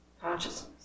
consciousness